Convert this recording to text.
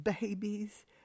babies